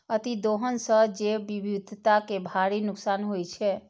अतिदोहन सं जैव विविधता कें भारी नुकसान होइ छै